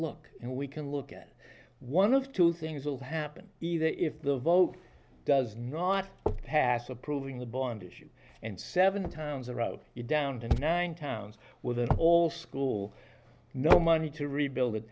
look and we can look at one of two things will happen either if the vote does not pass approving the bond issue and seven towns around it down to nine towns with an all school no money to rebuild it